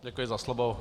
Děkuji za slovo.